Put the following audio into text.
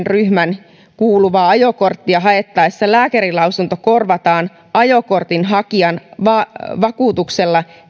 ryhmään kuuluvaa ajokorttia haettaessa lääkärinlausunto korvataan ajokortin hakijan vakuutuksella